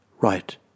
right